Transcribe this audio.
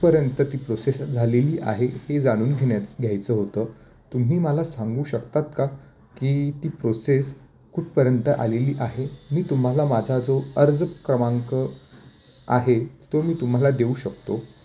कुठपर्यंत ती प्रोसेस झालेली आहे हे जाणून घेण्याचं घ्यायचं होतं तुम्ही मला सांगू शकतात का की ती प्रोसेस कुठपर्यंत आलेली आहे मी तुम्हाला माझा जो अर्ज क्रमांक आहे तो मी तुम्हाला देऊ शकतो